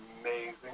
amazing